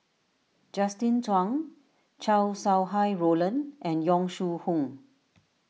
Justin Zhuang Chow Sau Hai Roland and Yong Shu Hoong